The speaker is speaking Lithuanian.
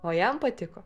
o jam patiko